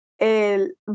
el